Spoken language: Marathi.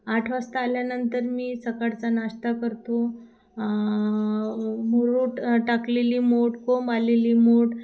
आठ वाजता आल्यानंतर मी सकाळचा नाश्ता करतो मुरूट टाकलेली मोठ कोंब आलेली मोठ